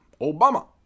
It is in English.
Obama